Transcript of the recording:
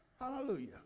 Hallelujah